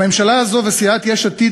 הממשלה הזאת וסיעת יש עתיד,